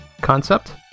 concept